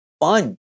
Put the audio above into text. fun